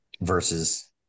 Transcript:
versus